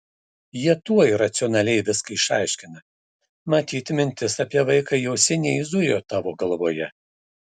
jie tuoj racionaliai viską išaiškina matyt mintis apie vaiką jau seniai zujo tavo galvoje